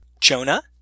Jonah